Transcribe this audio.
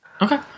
Okay